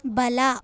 ಬಲ